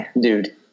dude